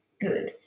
good